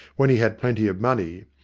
when he had plenty of money.